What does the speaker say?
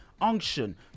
Unction